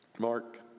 Mark